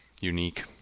unique